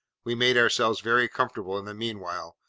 we made ourselves very comfortable in the mean while,